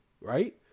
right